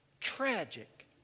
Tragic